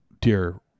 dear